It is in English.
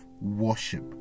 worship